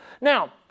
Now